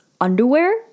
underwear